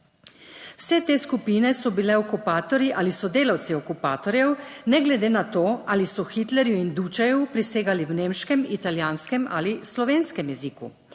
Vse te skupine so bile okupatorji ali sodelavci okupatorjev, ne glede na to, ali so Hitlerju in /nerazumljivo/ prisegali v nemškem, italijanskem ali slovenskem jeziku